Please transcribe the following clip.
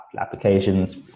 applications